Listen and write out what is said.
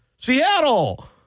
Seattle